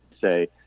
say